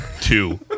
Two